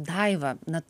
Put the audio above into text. daiva na